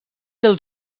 del